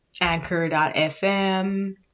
anchor.fm